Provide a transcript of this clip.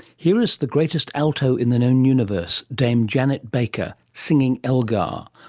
here is the greatest alto in the known universe, dame janet baker, singing elgar,